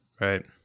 Right